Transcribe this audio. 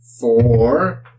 Four